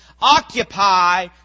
Occupy